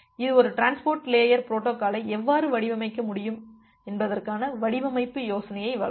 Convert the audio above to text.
இது ஒரு transport layer பொரோட்டோகாலை எவ்வாறு வடிவமைக்க முடியும் என்பதற்கான வடிவமைப்பு யோசனையை வழங்கும்